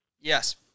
Yes